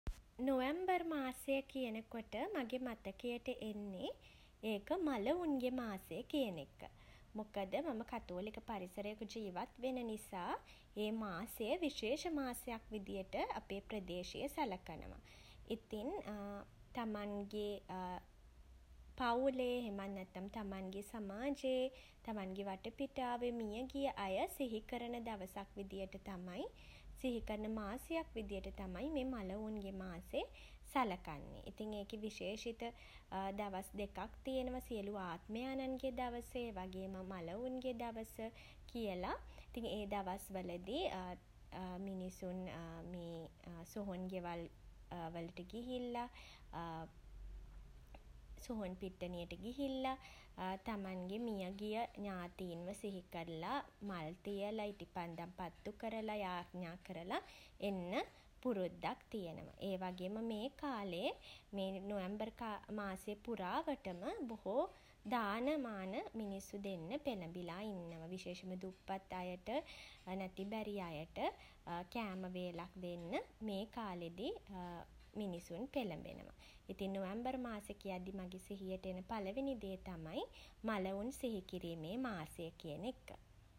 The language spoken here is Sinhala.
නොවැම්බර් මාසය කියනකොට මගේ මතකයට එන්නේ ඒක මළවුන්ගේ මාසය කියන එක. මොකද මම කතෝලික පරිසරයක ජීවත් වෙන නිසා ඒ මාසය විශේෂ මාසයක් විදිහට අපේ ප්‍රදේශයේ සලකනවා. ඉතින් තමන්ගේ පවුලේ එහෙමත් නැත්නම් තමන්ගේ සමාජයේ තමන්ගේ වටපිටාවේ මියගිය අය සිහි කරන දවසක් විදිහට තමයි සිහි කරන මාසයක් විදිහට තමයි මේ මළවුන්ගේ මාසේ සලකන්නේ. ඉතින් ඒකෙ විශේෂිත දවස් දෙකක් තියෙනවා. සියලු ආත්මයාණන්ගේ දවස ඒ වගේම මළවුන්ගේ දවස කියල. ඉතින් ඒ දවස්වලදී මිනිසුන් මේ සොහොන් ගෙවල් වලට ගිහිල්ලා සොහොන් පිට්ටනියට ගිහිල්ලා තමන්ගේ මියගිය ඥාතීන්ව සිහි කරලා මල් තියලා ඉටිපන්දම් පත්තු කරලා යාච්ඤා කරලා එන්න පුරුද්දක් තියෙනවා. ඒ වගේම මේ කාලේ නොවැම්බර් මාසය පුරාවටම බොහෝ දාන මාන මිනිස්සු දෙන්න පෙළඹිලා ඉන්නවා. විශේෂෙන්ම දුප්පත් අයට නැති බැරි අයට කෑම වේලක් දෙන්න මේ කාලෙදී මිනිසුන් පෙළඹෙනවා. ඉතින් නොවැම්බර් මාසේ කියද්දී මගේ සිහියට එන පළවෙනි දේ තමයි මළවුන් සිහි කිරීමේ මාසය කියන එක.